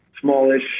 smallish